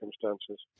circumstances